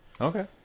okay